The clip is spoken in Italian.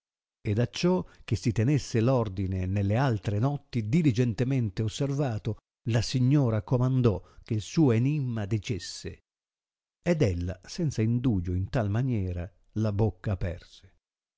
comendarla ed acciò che si tenesse r ordine nelle altre notti diligentemente osservato la signora comandò che suo enimma dicesse ed ella senza indugio in tal maniera la bocca aperse